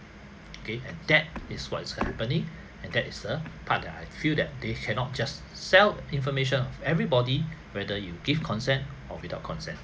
okay and that is what is happening and that is the part that I feel that they cannot just sell information of everybody whether you give consent or without consent